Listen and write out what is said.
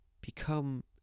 become